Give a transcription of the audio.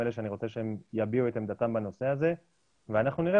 הם אלה שאני רוצה שיביעו את עמדתם בנושא הזה ואנחנו נראה